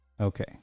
Okay